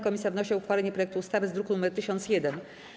Komisja wnosi o uchwalenie projektu ustawy z druku nr 1001.